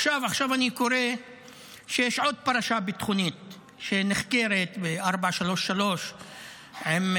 עכשיו אני קורא שיש עוד פרשה ביטחונית שנחקרת ב-433 עם,